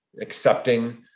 accepting